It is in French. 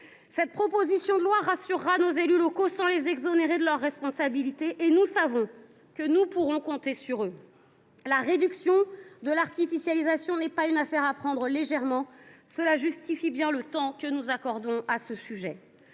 Cette proposition de loi rassure nos élus locaux, sans les exonérer de leurs responsabilités, et nous savons que nous pourrons compter sur eux. La réduction de l’artificialisation n’est pas une affaire à prendre à la légère, ce sujet justifie bien le temps que nous lui consacrons.